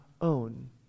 own